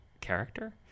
character